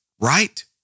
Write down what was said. Right